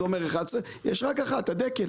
זה אומר 11 יש רק אחת: הדקל.